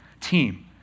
team